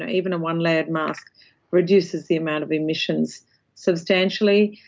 ah even a one-layered mask reduces the amount of emissions substantially.